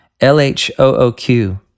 L-H-O-O-Q